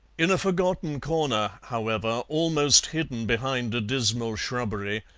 in a forgotten corner, however, almost hidden behind a dismal shrubbery,